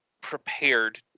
prepared